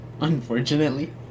Unfortunately